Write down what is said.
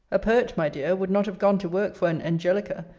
a poet, my dear, would not have gone to work for an angelica,